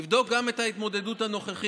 יבדוק גם את ההתמודדות הנוכחית,